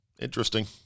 interesting